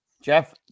Jeff